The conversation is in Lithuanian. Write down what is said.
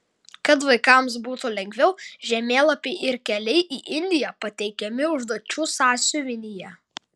kad vaikams būtų lengviau žemėlapiai ir keliai į indiją pateikiami užduočių sąsiuvinyje